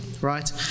right